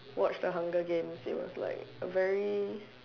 watch the hunger games it was like very